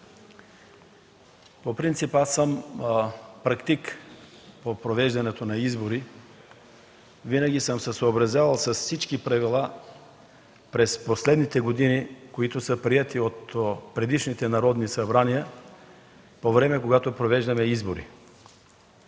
по принцип аз съм практик по провеждането на избори. Винаги съм се съобразявал с всички правила през последните години, които са приети от предишните народни събрания по време, когато провеждаме избори.